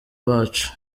bacu